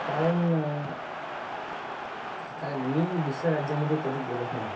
कारण कारण मी दुसऱ्या राज्यामध्ये कधी गेलोच नाही